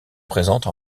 présentes